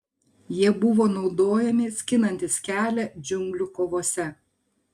jie buvo naudojami skinantis kelią džiunglių kovose